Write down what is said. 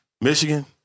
Michigan